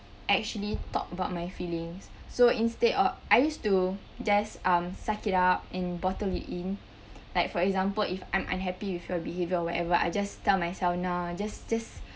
actually talk about my feelings so instead of I used to just um suck it up and bottle it in like for example if I'm unhappy with your behaviour or whatever I just tell myself nah just just